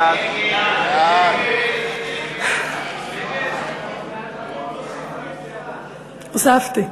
הוספתי.